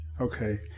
Okay